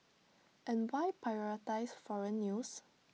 and why prioritise foreign news